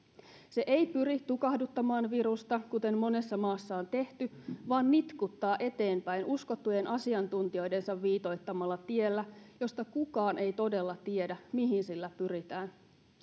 se ei pyri tukahduttamaan virusta kuten monessa maassa on tehty vaan nitkuttaa eteenpäin uskottujen asiantuntijoidensa viitoittamalla tiellä josta kukaan ei todella tiedä mihin sillä pyritään